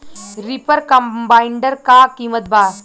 Reaper combiner का किमत बा?